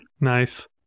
Nice